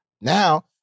Now